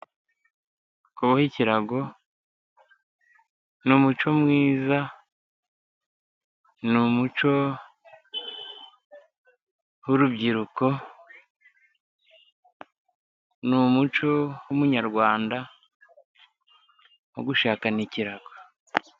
Kuboha ikirago ni umuco mwiza, Ni umuco w'urubyiruko, ni umuco w'umunyarwanda wo gushakana ikirago.